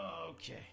Okay